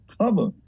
cover